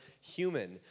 human